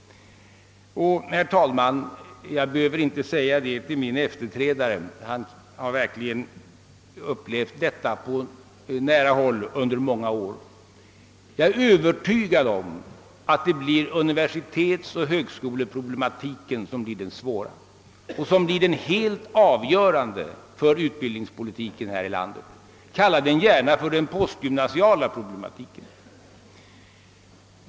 Herr talman! Jag behöver inte säga till min efterträdare — han har verkligen upplevt detta på nära håll under många år — att jag är övertygad om att det blir universitetsoch högskoleproblematiken som blir den svåra och den för utbildningspolitiken här i landet helt avgörande — kalla den gärna för den postgymnasiala problematiken.